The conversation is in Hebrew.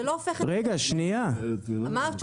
זה לא הופך את זה לבסדר, אז מה התשובה?